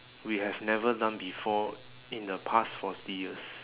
we have never done before in the past forty years